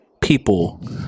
people